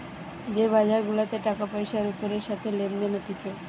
যে বাজার গুলাতে টাকা পয়সার ওপরের সাথে লেনদেন হতিছে